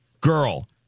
girl